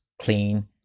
clean